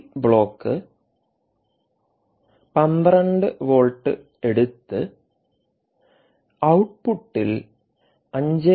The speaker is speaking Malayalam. ഈ ബ്ലോക്ക് 12 വോൾട്ട് എടുത്ത് ഔട്ട്പുട്ടിൽ 5